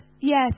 Yes